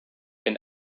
been